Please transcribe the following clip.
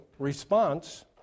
response